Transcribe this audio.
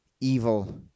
evil